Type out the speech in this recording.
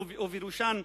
ובראשן,